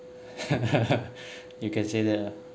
you can say that